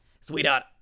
Sweetheart